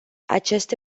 aceste